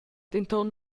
denton